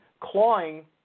clawing